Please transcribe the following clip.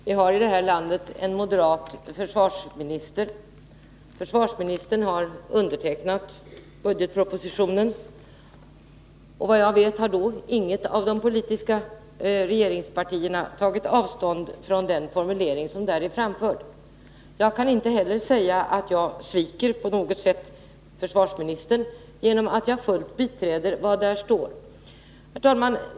Herr talman! Vi har i det här landet en moderat försvarminister. Försvarsministern har undertecknat budgetpropositionen, och vad jag vet har inget av regeringspartierna tagit avstånd från den formulering som där är framförd. Jag kan inte heller se att jag på något sätt sviker försvarsministern genom att jag fullt biträder vad där står. Herr talman!